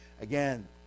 Again